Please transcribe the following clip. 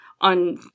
on